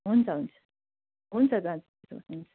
हुन्छ हुन्छ हुन्छ